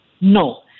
No